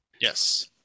Yes